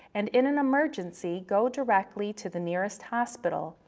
and in an emergency, go directly to the nearest hospital,